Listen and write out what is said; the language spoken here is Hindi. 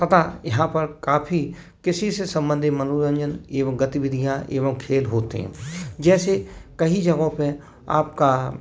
तथा यहाँ पर काफ़ी कृषि से संबंधित मनोरंजन एवं गतिविधियाँ एवं खेल होते हैं जैसे कहीं जगहों पे आपका